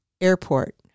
airport